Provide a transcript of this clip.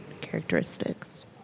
characteristics